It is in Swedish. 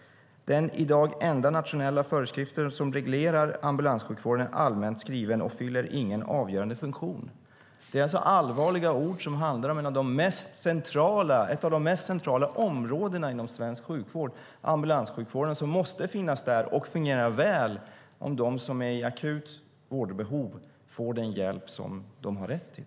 Den idag enda nationella föreskrift som reglerar ambulanssjukvården är allmänt skriven och fyller ingen avgörande funktion." Det är alltså allvarliga ord, som handlar om ett av de mest centrala områdena inom svensk sjukvård, ambulanssjukvården, som måste finnas där och fungera väl om de som är i akut vårdbehov ska få den hjälp som de har rätt till.